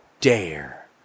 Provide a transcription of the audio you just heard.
dare